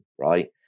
right